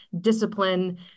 discipline